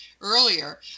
earlier